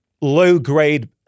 low-grade